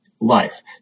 life